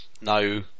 no